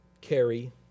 carry